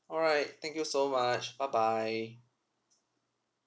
all right thank you so much bye bye